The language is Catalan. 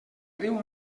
riu